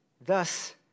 thus